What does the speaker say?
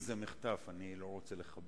הבעיה השנייה שאני רואה היא שהאגודה